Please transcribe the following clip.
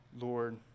Lord